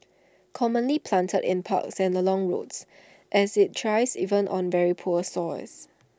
commonly planted in parks and along roads as IT thrives even on very poor soils